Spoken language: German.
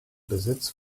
besitz